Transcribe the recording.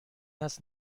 است